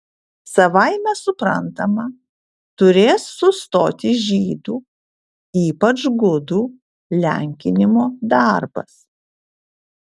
savaime suprantama turės sustoti žydų ypač gudų lenkinimo darbas